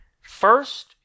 First